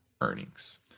earnings